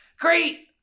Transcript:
Great